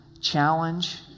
challenge